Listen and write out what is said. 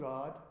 God